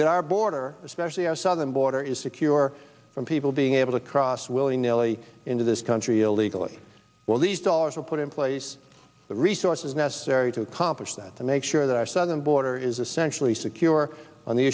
that our border especially our southern border is secure from people being able to cross willy nilly into this country illegally well these dollars are put in place the resources necessary to accomplish that to make sure that our southern border is essentially secure on the